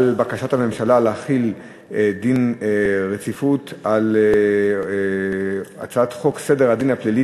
לערעור על בקשת הממשלה להחיל דין רציפות על הצעת חוק סדר הדין הפלילי